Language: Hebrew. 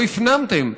לא הפנמתם,